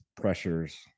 pressures